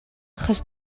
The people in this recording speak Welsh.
achos